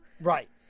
Right